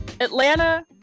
Atlanta